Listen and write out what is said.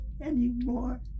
anymore